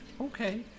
okay